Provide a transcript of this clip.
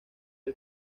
del